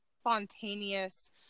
spontaneous